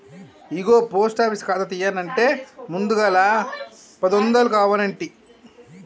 ఇగో post office ఖాతా తీయన్నంటే ముందుగల పదొందలు కావనంటి